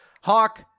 Hawk